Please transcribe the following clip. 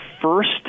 first